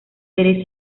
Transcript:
serie